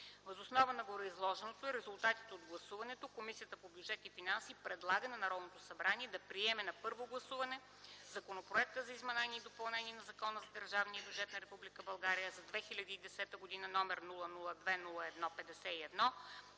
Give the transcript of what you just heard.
Въз основа на гореизложеното и резултатите от гласуването Комисията по бюджет и финанси предлага на Народното събрание да приеме на първо гласуване Законопроект за изменение и допълнение на Закона за държавния бюджет на Република България за 2010 г., № 002-01-51,